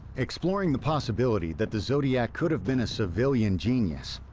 exploring the possibility that the zodiac could've been a civilian genius,